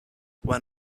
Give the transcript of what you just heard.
when